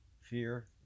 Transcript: Fear